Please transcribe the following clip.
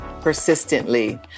persistently